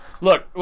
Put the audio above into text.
look